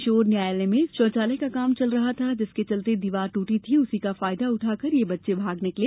किशोर न्यायालय में शौचालय का काम चल रहा था जिसके चलते दीवार ट्रटी थी उसी का फायदा उठाकर तीन बच्चे भाग गये